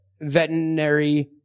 veterinary